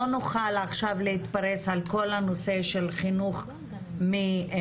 לא נוכל עכשיו להתפרס על כל הנושא של חינוך מלידה,